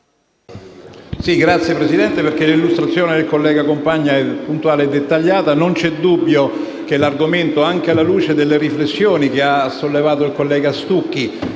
Signor Presidente, l'illustrazione del collega Compagna è stata puntuale e dettagliata. Non c'è dubbio che l'argomento, anche alla luce delle riflessioni che ha sollevato il collega Stucchi,